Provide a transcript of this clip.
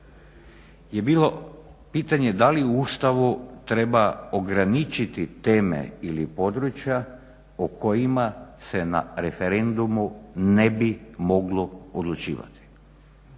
je bilo pitanje da li u Ustavu treba ograničiti teme ili područja o kojima se na referendumu ne bi moglo odlučivati.